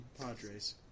Padres